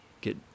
get